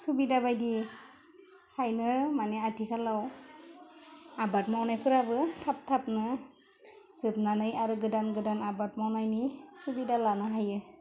सुबिदा बायदि खायनो माने आथिखालाव आबाद मावनायफ्राबो थाब थाबनो जोबनानै आरो गोदान गोदान आबाद मावनायनि सुबिदा लानो हायो